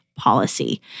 policy